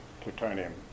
plutonium